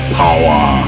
power